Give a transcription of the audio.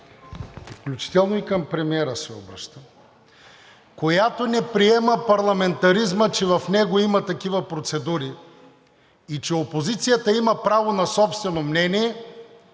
включително и към премиера се обръщам, която не приема парламентаризма – че в нещо има такива процедури и че опозицията има право на собствено мнение,